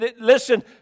Listen